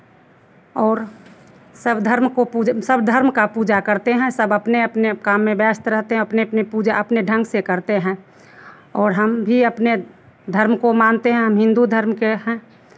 और सब धर्म को पूज सब धर्म का पूजा करते हैं सब अपने अपने काम में व्यस्त रहते हैं अपने अपने पूजा अपने ढंग से करते हैं और हम भी अपने धर्म को मानते हैं हम हिन्दू धर्म के हैं